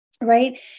right